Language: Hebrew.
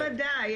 ודאי.